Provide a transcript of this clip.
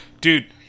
dude